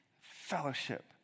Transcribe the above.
fellowship